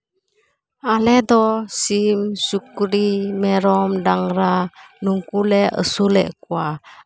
ᱟᱞᱮ ᱫᱚ ᱥᱤᱢ ᱥᱩᱠᱨᱤ ᱢᱮᱨᱚᱢ ᱰᱟᱝᱨᱟ ᱱᱩᱝᱠᱩ ᱞᱮ ᱟᱹᱥᱩᱞᱮᱫ ᱠᱚᱣᱟ